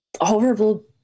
horrible